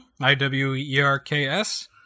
I-W-E-R-K-S